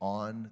on